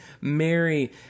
Mary